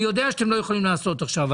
אני יודע שאתם לא יכולים לעשות את זה עכשיו,